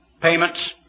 payments